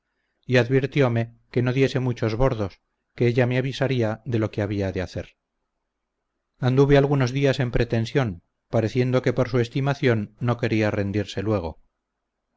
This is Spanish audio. y advirtiome que no diese muchos bordos que ella me avisaría de lo que había de hacer anduve algunos días en pretensión pareciendo que por su estimación no quería rendirse luego